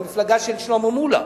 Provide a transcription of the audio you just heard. עם המפלגה של שלמה מולה,